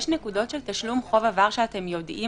יש נקודות של תשלום חוב עבר שאתם יודעים